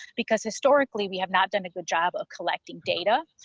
because historically we have not done a good job of collecting data,